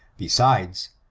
besides,